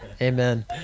Amen